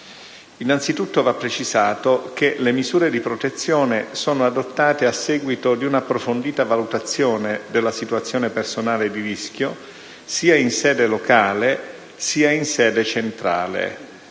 Innanzitutto, va precisato che le misure di protezione sono adottate a seguito di un'approfondita valutazione della situazione personale di rischio sia in sede locale sia in sede centrale,